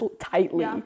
tightly